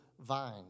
vine